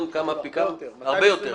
הרבה יותר,